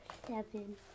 Seven